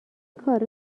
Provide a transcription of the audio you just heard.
کارا